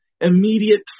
immediate